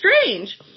strange